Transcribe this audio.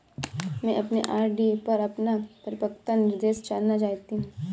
मैं अपने आर.डी पर अपना परिपक्वता निर्देश जानना चाहती हूँ